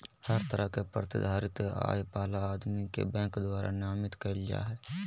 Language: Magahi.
हर तरह के प्रतिधारित आय वाला आदमी के बैंक द्वारा नामित कईल जा हइ